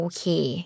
Okay